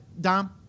Dom